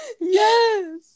Yes